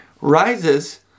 rises